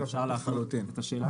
אפשר להפנות את השאלה למשרד התחבורה.